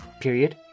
period